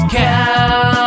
cow